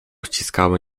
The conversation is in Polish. ściskały